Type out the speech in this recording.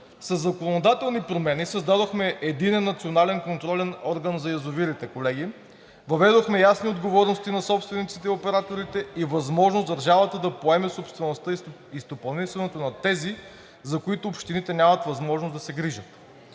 Със законодателни промени създадохме единен национален контролен орган за язовирите, колеги. Въведохме ясни отговорности на собствениците и операторите и възможност държавата да поеме собствеността и стопанисването на тези, за които общините нямат възможност да се грижат.